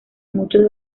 muchos